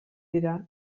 dira